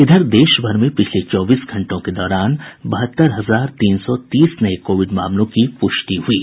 इधर देशभर में पिछले चौबीस घंटों के दौरान बहत्तर हजार तीन सौ तीस नये कोविड मामलों की पुष्टि हुई है